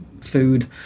food